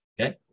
Okay